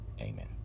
Amen